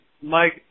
Mike